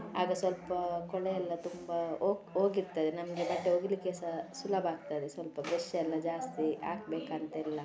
ಆಗ ಸ್ವಲ್ಪ ಕೊಳೆ ಎಲ್ಲ ತುಂಬಾ ಹೋಗ್ ಹೋಗಿರ್ತದೆ ನಮಗೆ ಬಟ್ಟೆ ಒಗಿಲಿಕ್ಕೆ ಸಹ ಸುಲಭ ಆಗ್ತದೆ ಸ್ವಲ್ಪ ಬ್ರೆಶ್ ಎಲ್ಲ ಜಾಸ್ತಿ ಹಾಕ್ಬೇಕಂತಿಲ್ಲ